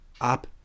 up